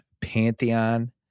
Pantheon